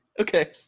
Okay